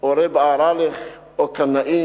או "רב אהרלך" או "קנאים",